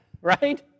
right